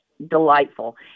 delightful